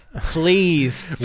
Please